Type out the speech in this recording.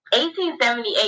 1878